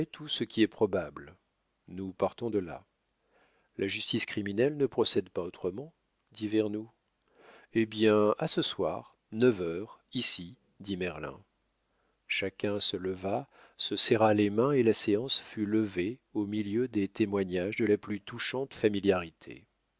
tout ce qui est probable nous partons de là la justice criminelle ne procède pas autrement dit vernou eh bien à ce soir neuf heures ici dit merlin chacun se leva se serra les mains et la séance fut levée au milieu des témoignages de la plus touchante familiarité